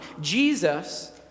Jesus